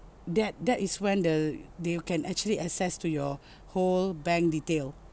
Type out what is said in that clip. that that is when the they can actually access to your whole bank detail